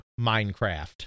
Minecraft